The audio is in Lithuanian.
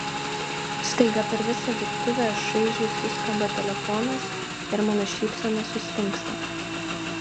staiga per visą virtuvę šaižiai suskamba telefonas ir mano šypsena sustingsta